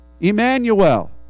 Emmanuel